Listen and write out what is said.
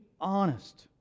honest